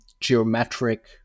geometric